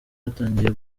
hatangiye